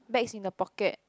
bags in the pocket